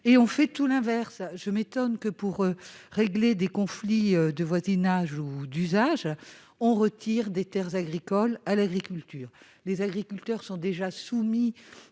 on fait tout l'inverse ! Je m'étonne que, pour régler des conflits de voisinage ou d'usage, on retire ainsi des terres agricoles à l'agriculture. Les agriculteurs sont d'ores